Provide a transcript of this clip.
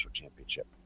championship